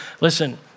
Listen